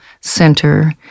center